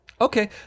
okay